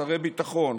שרי ביטחון,